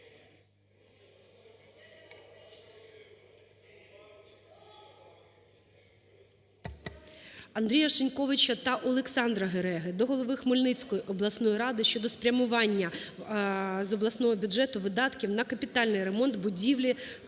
АндріяШиньковича та Олександра Гереги до голови Хмельницької обласної ради щодо спрямування з обласного бюджету видатків на капітальний ремонт будівлі